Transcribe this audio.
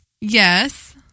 Yes